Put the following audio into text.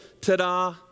ta-da